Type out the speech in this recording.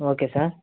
okay sir